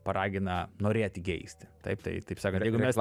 paragina norėti geisti taip tai taip sakant jeigu mes